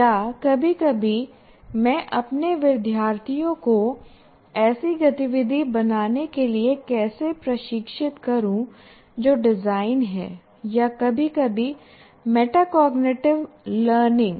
या कभी कभी मैं अपने विद्यार्थियों को ऐसी गतिविधि बनाने के लिए कैसे प्रशिक्षित करूँ जो डिज़ाइन है या कभी कभी मेटाकॉग्निटिव लर्निंग